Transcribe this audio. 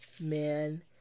man